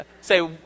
say